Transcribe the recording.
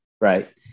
Right